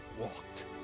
walked